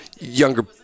younger